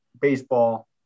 baseball